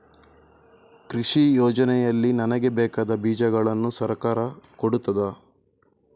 ಕೃಷಿ ಯೋಜನೆಯಲ್ಲಿ ನನಗೆ ಬೇಕಾದ ಬೀಜಗಳನ್ನು ಸರಕಾರ ಕೊಡುತ್ತದಾ?